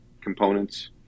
components